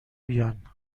بیان